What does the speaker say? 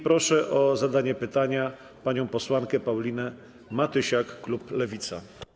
Proszę o zadanie pytania panią posłankę Paulinę Matysiak, klub Lewica.